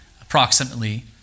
approximately